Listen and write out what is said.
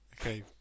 Okay